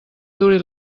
duri